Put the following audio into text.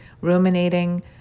ruminating